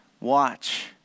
watch